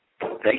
Thank